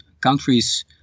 countries